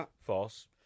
False